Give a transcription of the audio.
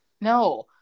No